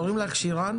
קוראים לך שירן?